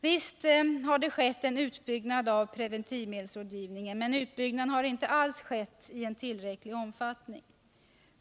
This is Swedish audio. Visst har det skett en utbyggnad av preventivmedelsrådgivningen, men utbyggnaden har inte alls skett i tillräcklig omfattning.